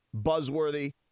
buzzworthy